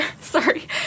sorry